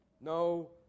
No